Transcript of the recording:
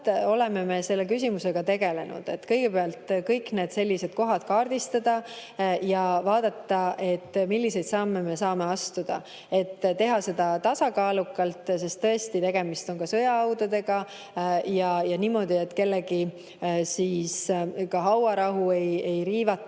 oleme me selle küsimusega tegelenud. Kõigepealt [on vaja] kõik need sellised kohad kaardistada ja vaadata, milliseid samme me saame astuda, et teha seda tasakaalukalt, sest tõesti, tegemist on ka sõjahaudadega, ja niimoodi, et kellegi hauarahu ei riivata.